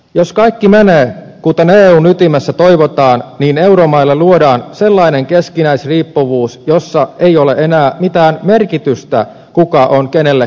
jos kaikki menee kuten eun ytimessä toivotaan niin euromaille luodaan sellainen keskinäisriippuvuus jossa ei ole enää mitään merkitystä kuka on kenellekin velkaa